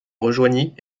rejoignit